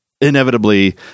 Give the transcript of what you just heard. inevitably